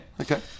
Okay